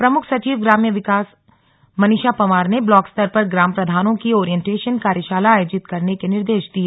प्रमुख सचिव ग्राम्य विकास मनीषा पंवार ने ब्लॉक स्तर पर ग्राम प्रधानों की ओरिएंटेशन कार्यशाला आयोजित करने के निर्देश दिए